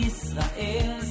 Israel